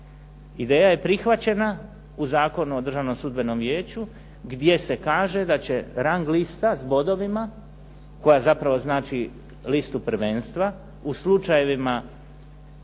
Ideja je prihvaćena u Zakonu o državnom sudbenom vijeću, gdje se kaže da rang lista sa bodovima koja zapravo znači listu prvenstva u slučajevima